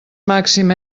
màxim